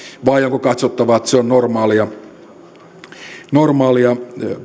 vai onko katsottava että se on normaalia